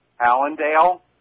Allendale